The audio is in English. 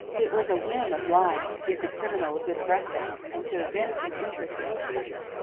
it was a whim of lyne's to give the criminal a good breakfast and to evince an interest in his future.